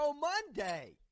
Monday